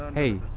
hey,